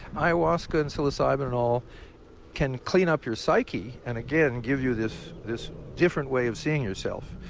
ayahuasca and psilocybin and all can clean up your psyche and again give you this this different way of seeing yourself,